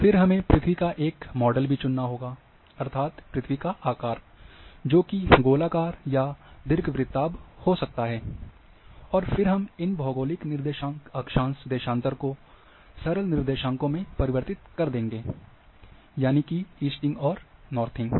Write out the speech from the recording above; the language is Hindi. फिर हमें पृथ्वी का एक मॉडल भी चुनना होगा अर्थात् पृथ्वी का आकार जो कि गोलाकर या दीर्घवृत्ताभ हो सकता है और फिर हम इन भौगोलिक निर्देशांक अक्षांश देशांतर को सरल निर्देशांकों में परिवर्तित कर देंगे यानि की इस्टिंग और नॉर्थिंग